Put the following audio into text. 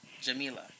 jamila